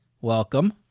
welcome